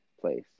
place